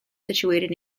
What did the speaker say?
situated